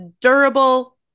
durable